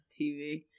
tv